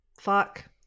fuck